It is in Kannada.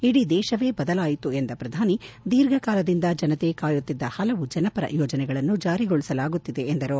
ಇಡೀ ದೇಶವೇ ಬದಲಾಯಿತು ಎಂದ ಪ್ರಧಾನ ಮಂತ್ರಿ ದೀರ್ಘಕಾಲದಿಂದ ಜನತೆ ಕಾಯುತ್ತಿದ್ದ ಹಲವು ಜನಪರ ಯೋಜನೆಗಳನ್ನು ಜಾರಿಗೊಳಿಸಲಾಗುತ್ತಿದೆ ಎಂದರು